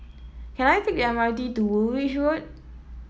can I take the M R T to Woolwich Road